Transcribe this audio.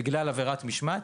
בגלל עבירת משמעת,